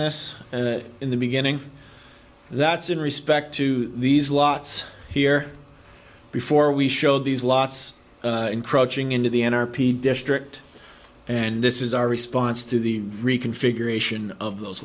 this in the beginning that's in respect to these lots here before we showed these lots encroaching into the n r p district and this is our response to the reconfiguration of those